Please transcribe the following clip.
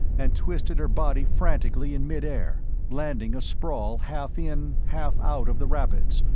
and twisted her body frantically in mid-air, landing asprawl half-in, half-out of the rapids,